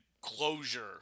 closure